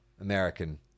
American